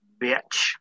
bitch